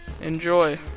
Enjoy